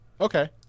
Okay